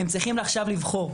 הם צריכים עכשיו לבחור,